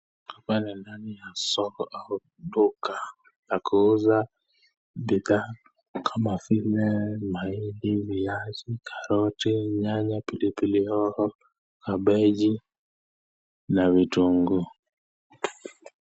Hapa ni ndani ya soko au duka la kuuza bidhaa, kama vile mahindi, viazi, karoti, nyanya, pilipili hoho, kabegi, na vitungu.